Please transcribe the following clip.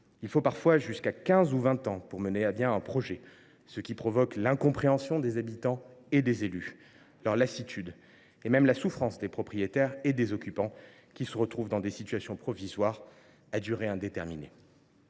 Il faut parfois jusqu’à quinze ou vingt ans pour mener à bien un projet, ce qui provoque l’incompréhension des habitants et des élus, leur lassitude, et même la souffrance des propriétaires et des occupants qui se retrouvent dans des situations provisoires à durée indéterminée.